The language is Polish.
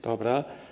Dobra.